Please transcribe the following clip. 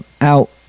out